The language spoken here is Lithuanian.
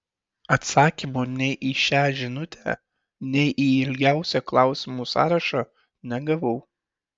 atsakymo nei į šią žinutę nei į ilgiausią klausimų sąrašą negavau